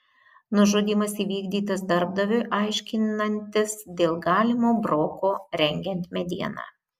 nužudymas įvykdytas darbdaviui aiškinantis dėl galimo broko rengiant medieną